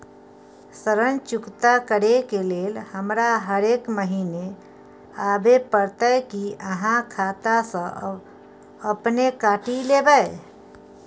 ऋण चुकता करै के लेल हमरा हरेक महीने आबै परतै कि आहाँ खाता स अपने काटि लेबै?